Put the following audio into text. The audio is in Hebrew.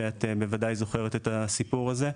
ואת בוודאי זוכרת את הסיפור הזה.